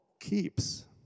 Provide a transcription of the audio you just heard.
keeps